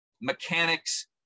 mechanics